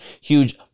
huge